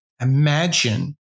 Imagine